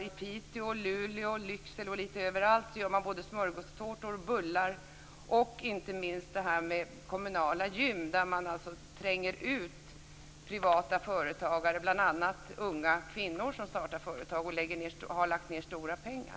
I Piteå, Luleå, Lycksele och lite överallt görs det smörgåstårtor och bullar. Inte minst finns det kommunala gym. Man tränger ut privata företagare, bl.a. unga kvinnor som har lagt ned stora pengar i nystartade företag.